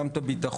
גם את הביטחון.